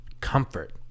comfort